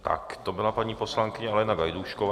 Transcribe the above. Tak to byla paní poslankyně Alena Gajdůšková.